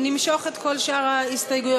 נמשוך את כל שאר ההסתייגות